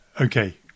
Okay